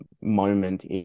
moment